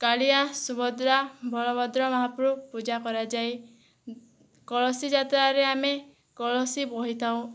କାଳିଆ ସୁଭଦ୍ରା ବଳଭଦ୍ର ମହାପ୍ରଭୁ ପୂଜା କରାଯାଏ କଳସୀ ଯାତ୍ରାରେ ଆମେ କଳସୀ ବୋହିଥାଉଁ